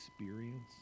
experience